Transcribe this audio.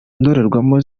ndorerwamo